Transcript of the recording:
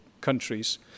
countries